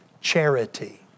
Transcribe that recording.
charity